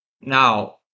now